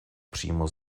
přímo